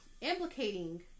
implicating